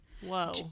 whoa